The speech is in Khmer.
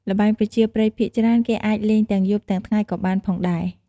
ល្បែងប្រជាប្រិយភាគច្រើន គេអាចលេងទាំងយប់ទាំងថ្ងៃក៏បានផងដែរ។